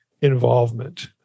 involvement